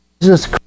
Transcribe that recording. Jesus